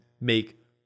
make